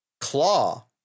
claw